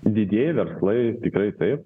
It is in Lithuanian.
didieji verslai tikrai taip